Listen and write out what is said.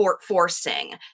forcing